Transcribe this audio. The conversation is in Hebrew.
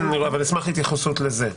אבל אני אשמח להתייחס לזה.